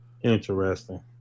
Interesting